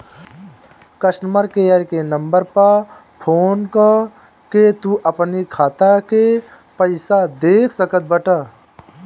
customer care के number पअ phone कअ के तू अपनी खाता के पईसा देख सकत बटअ